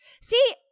See